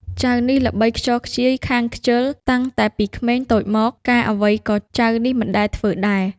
ចៅនេះល្បីខ្ចរខ្ចាយខាងខ្ជិល តាំងតែពីក្មេងតូចមក ការអ្វីក៏ចៅនេះមិនធ្វើដែរ